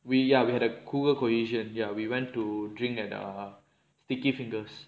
we ya we had a cougar cohesion ya we went to drink at a sticky fingers